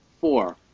four